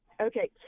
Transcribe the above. Okay